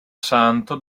santo